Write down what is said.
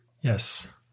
Yes